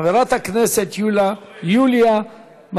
חברת הכנסת יוליה מלינובסקי.